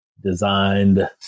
designed